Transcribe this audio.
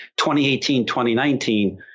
2018-2019